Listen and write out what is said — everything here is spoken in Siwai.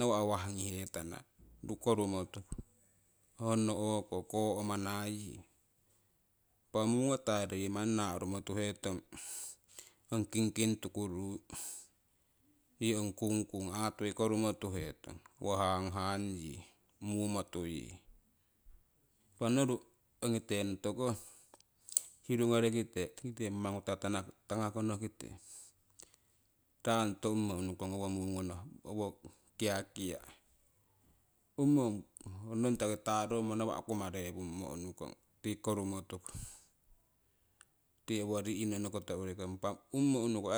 nawa' waah ngihetana korumo tuku, honno o'ko koo'mana yii. Impa mungo taroyii naa'rumo tuhetong ong kingking tukuru, tii ong kungkung aahtui korumo tuhetong hanghang yii mumotu yii. Impah noru ongite notokoh hiru ngorigite ongite mamaguta tana tangakonokite rangoto umumo unukong owo mungono owo kiakia, umumo ong noitakita tarommo nawa' kumaruewummo unukong tii korumo tuku tii owo ri'nono, impah umumo unuku